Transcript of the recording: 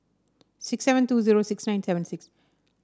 six seven two zero six nine seven six